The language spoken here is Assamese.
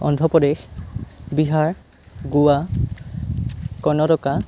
অন্ধ্ৰ প্ৰদেশ বিহাৰ গোৱা কৰ্ণাটক